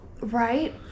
Right